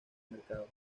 mercado